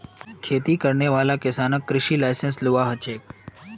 खेती करने वाला किसानक कृषि लाइसेंस लिबा हछेक